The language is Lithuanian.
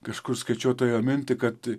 kažkur skaičiau tą jo mintį kad